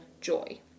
joy